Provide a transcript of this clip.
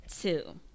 two